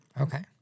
Okay